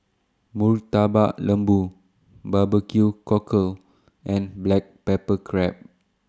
Murtabak Lembu Barbecue Cockle and Black Pepper Crab